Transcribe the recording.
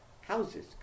Houses